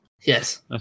Yes